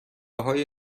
های